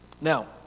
Now